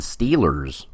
Steelers